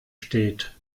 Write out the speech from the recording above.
steht